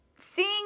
seeing